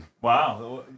wow